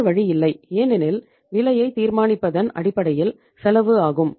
வேறு வழி இல்லை ஏனெனில் விலையை தீர்மானிப்பதன் அடிப்படையில் செலவு ஆகும்